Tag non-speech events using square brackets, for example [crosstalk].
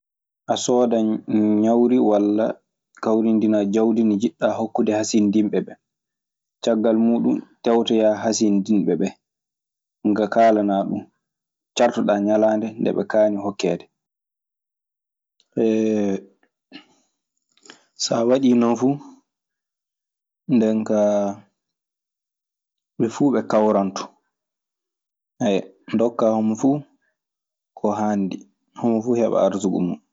A soodan ñawri walla kawrindinaa jawdi ndi njiɗɗaa hasindinɓe ɓee, caggal muuɗun tewtoyaa hasindinɓe ɓee. Ɗun kaa kaalanaa ɓe, cartoɗaa ñalaande nde ɓe kaani hokeede. [hesitation] Saa waɗii non fu, nden kaa ɓe fuu ɓe kawran ton. [hesitation] Ndokkaa homo fuu ko haandi. Homo fuu heɓa arsuku mun.